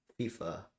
fifa